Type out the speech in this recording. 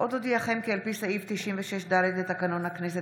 עוד אודיעכם כי על פי סעיף 96(ד) לתקנון הכנסת,